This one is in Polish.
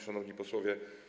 Szanowni Posłowie!